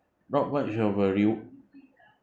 not much of value